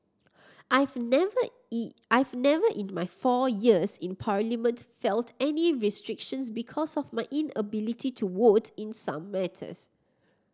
I've never I've never in my four years in Parliament felt any restrictions because of my inability to vote in some matters